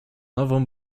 nową